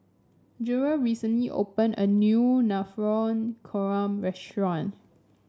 Jerel recently opened a new Navratan Korma restaurant